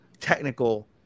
technical